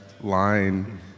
line